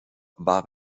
war